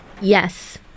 Yes